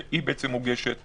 והיא מוגשת